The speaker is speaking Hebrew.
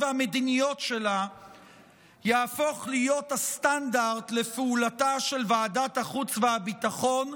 והמדיניות שלה יהפוך להיות הסטנדרט לפעולתה של ועדת החוץ והביטחון,